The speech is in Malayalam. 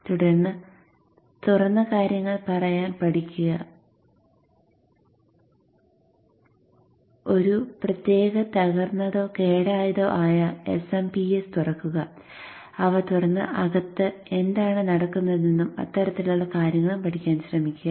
തുടർന്ന് തുറന്ന കാര്യങ്ങൾ പഠിക്കാൻ ശ്രമിക്കുക ഒരു പ്രത്യേക തകർന്നതോ കേടായതോ ആയ SMPS തുറക്കുക അവ തുറന്ന് അകത്ത് എന്താണ് നടക്കുന്നതെന്നും അത്തരത്തിലുള്ള കാര്യങ്ങളും പഠിക്കാൻ ശ്രമിക്കുക